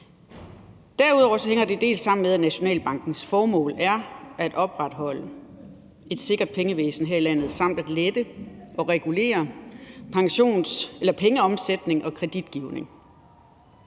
Derudover hænger det også sammen med, at Nationalbankens formål er at opretholde et sikkert pengevæsen her i landet samt at lette og regulere pengeomsætningen og kreditgivningen.